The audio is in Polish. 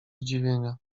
zdziwienia